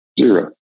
zero